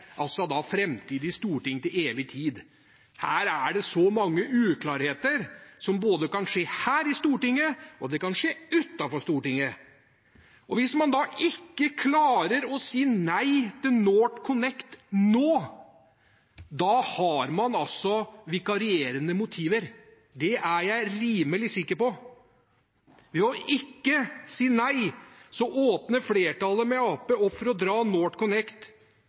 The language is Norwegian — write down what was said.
storting til evig tid. Her er det mange uklarheter, som kan oppstå både her i Stortinget og utenfor Stortinget. Hvis man ikke klarer å si nei til NorthConnect nå, har man vikarierende motiver. Det er jeg rimelig sikker på. Ved å ikke si nei åpner flertallet med Arbeiderpartiet opp for å dra